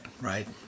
right